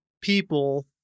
people